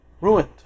ruined